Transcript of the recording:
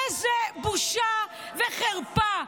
איזה בושה וחרפה.